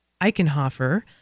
Eichenhofer